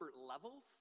levels